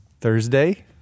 Thursday